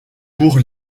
pour